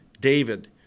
David